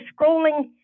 scrolling